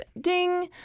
ding